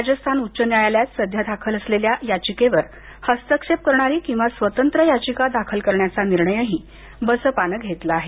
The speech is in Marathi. राजस्थान उच्च न्यायालयात सध्या दाखल असलेल्या याचिकेवर हस्तक्षेप करणारी किंवा स्वतंत्र याचिका दाखल करण्याचा निर्णयही बसपानं घेतला आहे